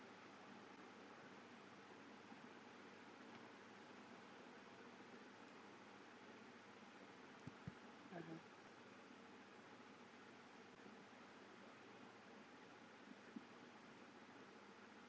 (uh huh)